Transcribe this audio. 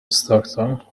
stockton